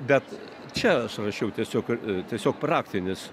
bet čia aš rašiau tiesiog tiesiog praktinis